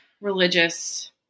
religious